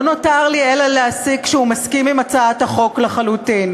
לא נותר לי אלא להסיק שהוא מסכים עם הצעת החוק לחלוטין,